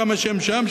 כמה שהם שם,